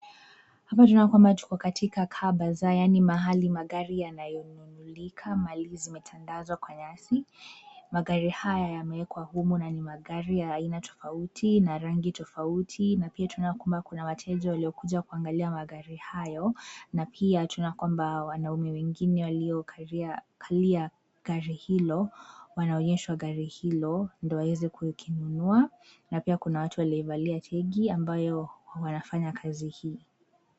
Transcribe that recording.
Hapa tunaona kwamba tuko katika car bazaar yani mahali magari yanayonunulika mali zimetandazwa kwa yasi, magari haya yamewekwa humu na ni magari ya aina tofauti na rangi tofauti na pia tuna kwamba kuna wateja waliokuja kuangalia magari hayo, na pia tuna kwambaa wanaume wengine waliokalia kalia gari hilo, wanaonyeshwa gari hilo, ndo waweze kukinunua, na pia kuna watu walievalia kegi ambayo wanafanya kazi hii.